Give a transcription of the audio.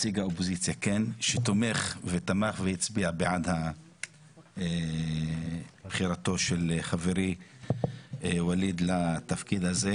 שתומך ותמך והצביע בעד בחירתו של חברי ווליד לתפקיד הזה,